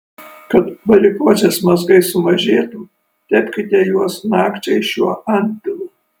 kad varikozės mazgai sumažėtų tepkite juos nakčiai šiuo antpilu